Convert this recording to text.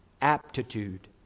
Aptitude